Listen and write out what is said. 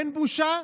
אין בושה?